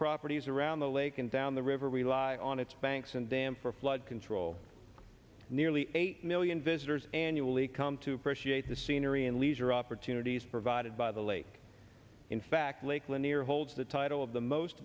properties around the lake and down the river rely on its banks and dam for flood control nearly eight million visitors annually come to appreciate the scenery and leisure opportunities provided by the lake in fact lake lanier holds the title of the most